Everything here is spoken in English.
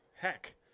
heck